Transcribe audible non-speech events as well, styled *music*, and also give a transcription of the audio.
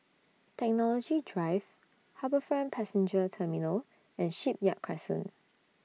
Technology Drive HarbourFront Passenger Terminal and Shipyard Crescent *noise*